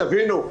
תבינו,